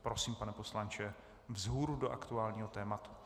Prosím, pane poslanče, vzhůru do aktuálního tématu.